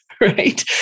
right